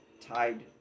tied